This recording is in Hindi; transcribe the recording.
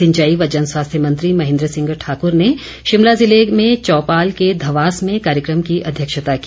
सिंचाई व जन स्वास्थ्य मंत्री महेन्द्र सिंह ठाकुर ने शिमला जिले में चौपाल के धवास में कार्यक्रम की अध्यक्षता की